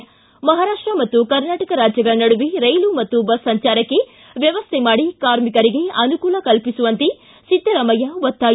ಿ ಮಹಾರಾಷ್ಟ ಮತ್ತು ಕರ್ನಾಟಕ ರಾಜ್ಯಗಳ ನಡುವೆ ರೈಲು ಮತ್ತು ಬಸ್ ಸಂಚಾರಕ್ಕೆ ವ್ಯವಸ್ಥೆ ಮಾಡಿ ಕಾರ್ಮಿಕರಿಗೆ ಅನುಕೂಲ ಕಲ್ಪಿಸುವಂತೆ ಸಿದ್ದರಾಮಯ್ಯ ಒತ್ತಾಯ